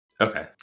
Okay